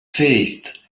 faced